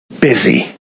busy